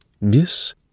Miss